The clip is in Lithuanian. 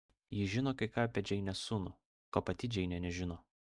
ji žino kai ką apie džeinės sūnų ko pati džeinė nežino